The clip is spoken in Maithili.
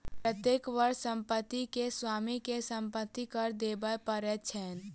प्रत्येक वर्ष संपत्ति के स्वामी के संपत्ति कर देबअ पड़ैत छैन